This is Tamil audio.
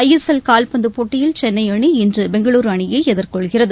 ஐஎஸ்எல் கால்பந்து போட்டியில் சென்னை அணி இன்று பெங்களுர் அணியை எதிர்கொள்கிறது